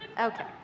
okay